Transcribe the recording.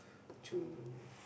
to